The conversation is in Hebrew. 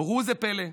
וראו זה פלא,